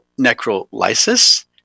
necrolysis